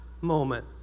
moment